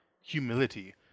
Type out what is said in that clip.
humility